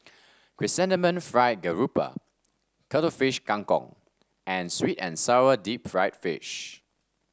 Chrysanthemum Fried Garoupa Cuttlefish Kang Kong and sweet and sour Deep Fried Fish